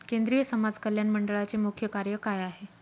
केंद्रिय समाज कल्याण मंडळाचे मुख्य कार्य काय आहे?